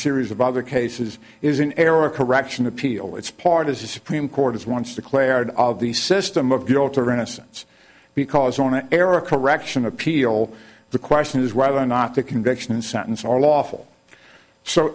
series of other cases is an error correction appeal it's part of the supreme court has once declared of the system of guilt or innocence because on an error correction appeal the question is whether or not the conviction and sentence or lawful so